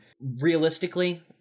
realistically